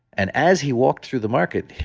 and as he walked through the market,